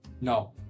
No